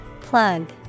Plug